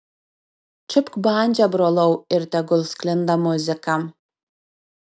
čiupk bandžą brolau ir tegul sklinda muzika